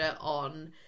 on